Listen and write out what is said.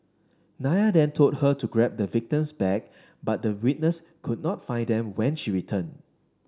Nair then told her to grab the victim's bag but the witness could not find them when she returned